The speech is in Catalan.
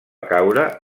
caure